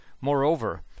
Moreover